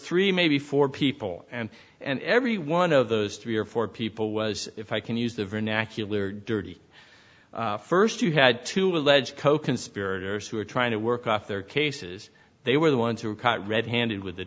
three maybe four people and and every one of those three or four people was if i can use the vernacular dirty first you had two alleged coconspirator editors who were trying to work off their cases they were the ones who were caught red handed with the